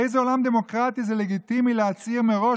באיזה עולם דמוקרטי זה לגיטימי להצהיר מראש,